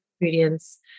ingredients